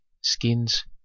skins